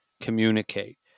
communicate